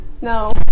No